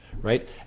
right